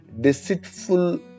deceitful